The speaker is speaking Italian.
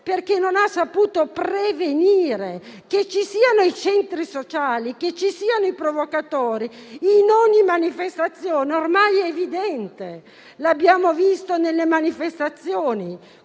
perché non ha saputo prevenire. Che ci siano i centri sociali, che ci siano i provocatori in ogni manifestazione è ormai evidente; l'abbiamo visto nelle manifestazioni